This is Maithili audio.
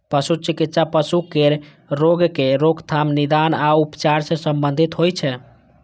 पशु चिकित्सा पशु केर रोगक रोकथाम, निदान आ उपचार सं संबंधित होइ छै